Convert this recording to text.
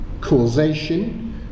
causation